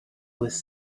was